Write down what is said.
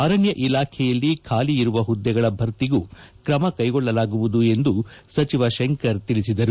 ಅರಣ್ಣ ಇಲಾಖೆಯಲ್ಲಿ ಖಾಲಿ ಇರುವ ಹುದ್ದೆಗಳ ಭರ್ತಿಗೂ ಕ್ರಮಕ್ಕೆಗೊಳ್ಳಲಾಗುವುದು ಎಂದು ಸಚಿವ ಶಂಕರ್ ತಿಳಿಸಿದರು